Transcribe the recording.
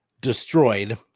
destroyed